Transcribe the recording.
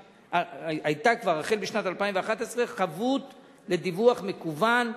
היתה כבר החל בשנת 2011 חבות לדיווח מקוון,